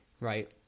right